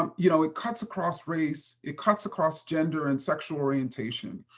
um you know it cuts across race. it cuts across gender and sexual orientation.